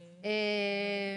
אוקיי.